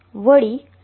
તેથીE લઘુત્તમ હશે